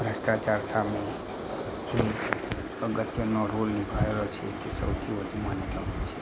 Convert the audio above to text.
ભ્રષ્ટાચાર સામે જે અગત્યનો રોલ નિભાવ્યો છે તે સૌથી વધુ મને ગમે છે